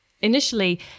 Initially